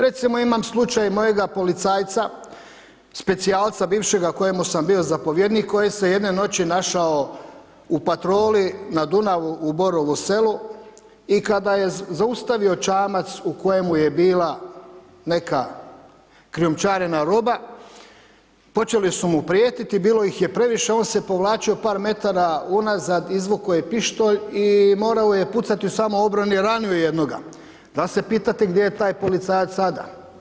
Recimo imam slučaj mojega policajca, specijalaca bivšega, kojemu sam bio zapovjednik, koji se jedne noći našao u patroli na Dunavu u Borovu Selu i kada je zaustavio čamac u kojemu je bila neka krijumčarena roba, počeli su mu prijetiti, bilo ih je previše, on se povlačio par metara unazad, izvukao je pištolj i morao je pucati u samoobrani, ranio je jednoga, pa se pitao gdje je taj policajac sada.